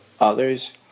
others